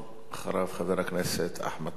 ואחריו, חבר הכנסת אחמד טיבי.